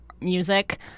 music